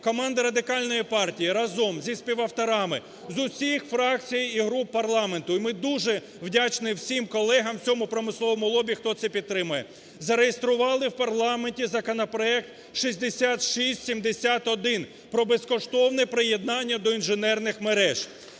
команда Радикальної партії разом зі співавторами з усіх фракцій і груп парламенту (і ми дуже вдячні всім колегам, всьому промисловому лобі, хто це підтримує) зареєстрували у парламенті законопроект 6671 про безкоштовне приєднання до інженерних мереж,